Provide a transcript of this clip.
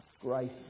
Grace